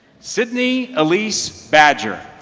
sydney elise badger.